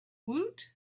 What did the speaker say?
woot